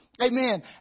Amen